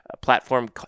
platform